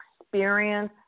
experience